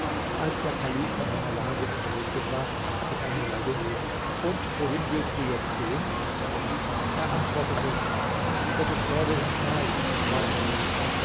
als der kalif von seiner lage unterrichtet war fragte er nureddin und wohin willst du jetzt gehen er antwortete gottes erde ist breit und weit